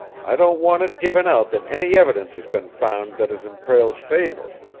i don't want it given out that any evidence has been found that is in prale's favor.